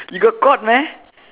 you got caught meh